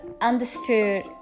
understood